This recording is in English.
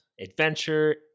adventure